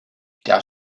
der